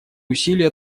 усилия